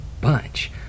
bunch